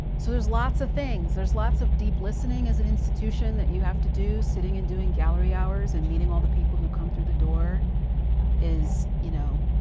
so there's lots of things. there's lots of deep listening as an institution that you have to do sitting and doing gallery hours and meeting all the people who come through the door is, you know,